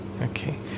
okay